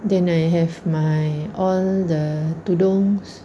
then I have my all the two tudung